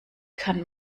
kann